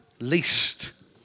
least